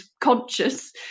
conscious